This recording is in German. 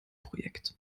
projekt